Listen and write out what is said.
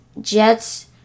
Jets